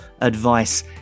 advice